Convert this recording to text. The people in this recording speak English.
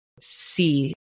see